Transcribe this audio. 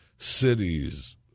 Cities